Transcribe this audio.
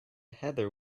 heather